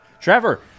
Trevor